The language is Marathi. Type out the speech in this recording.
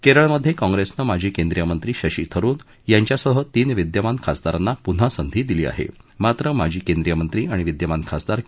केरळमध्ये काँग्रेसनं माजी केंद्रीय मंत्री शशी थरूर यांच्याह तीन विद्यमान खासदारांना पुन्हा संधी दिली आहे मात्र माजी केंद्रीय मंत्री आणि विद्यमान खासदार के